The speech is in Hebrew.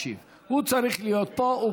הוא צריך להיות פה.